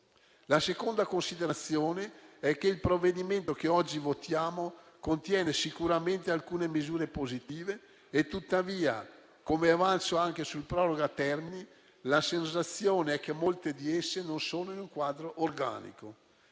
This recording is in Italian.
La seconda considerazione è che il provvedimento che oggi votiamo contiene sicuramente alcune misure positive. Tuttavia - come rilevo anche sul proroga termini - la sensazione è che molte di esse non siano in un quadro organico.